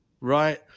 right